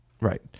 Right